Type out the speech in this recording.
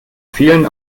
vielen